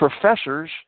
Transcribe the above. professors